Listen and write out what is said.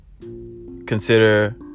consider